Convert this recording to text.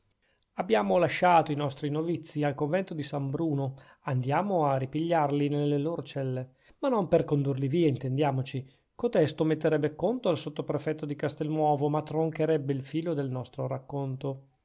abbiamo lasciato i nostri novizi al convento di san bruno andiamo a ripigliarli nelle loro celle ma non per condurli via intendiamoci cotesto metterebbe conto al sottoprefetto di castelnuovo ma troncherebbe il filo del nostro racconto